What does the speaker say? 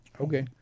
Okay